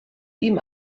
ihm